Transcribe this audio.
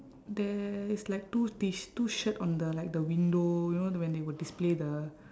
there is like two T-sh~ two shirt on the like the window you know when they will display the